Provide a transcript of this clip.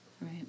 Right